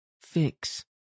Fix